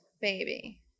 baby